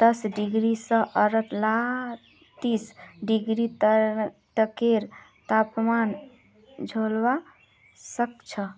दस डिग्री स अड़तालीस डिग्री तकेर तापमान झेलवा सख छ